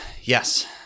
Yes